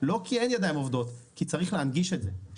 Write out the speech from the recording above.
לא כי אין ידיים עובדות אלא כי צריך להנגיש את זה.